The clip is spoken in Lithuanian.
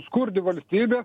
skurdi valstybė